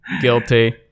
Guilty